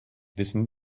wissen